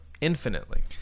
infinitely